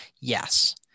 Yes